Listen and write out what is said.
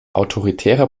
autoritäre